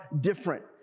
different